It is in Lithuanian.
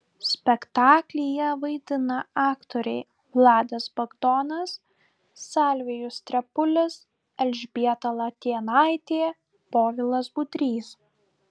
spektaklyje vaidina aktoriai vladas bagdonas salvijus trepulis elžbieta latėnaitė povilas budrys